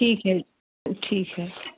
ठीक है ठीक है